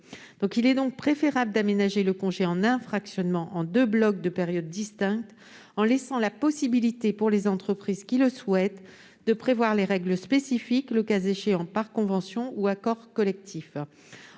Il est donc préférable d'aménager le congé en un fractionnement en deux blocs de périodes distinctes, en laissant la possibilité aux entreprises qui le souhaitent de prévoir des règles spécifiques, le cas échéant par convention ou par accord collectif.